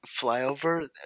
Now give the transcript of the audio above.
Flyover